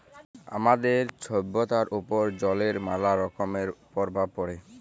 আমাদের ছভ্যতার উপর জলের ম্যালা রকমের পরভাব পড়ে